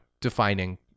defining